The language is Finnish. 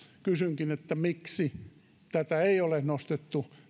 kysynkin miksi tätä valtuutta ei ole nostettu